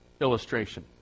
illustration